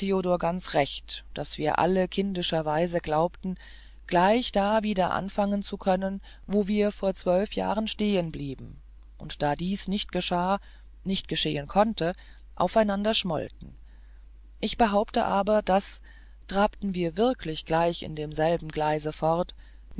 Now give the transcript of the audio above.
ganz recht daß wir alle kindischerweise glaubten gleich da wieder anfangen zu können wo wir vor zwölf jahren stehen blieben und da dies nicht geschah nicht geschehen konnte aufeinander schmollten ich behaupte aber daß trabten wir wirklich gleich in demselben gleise fort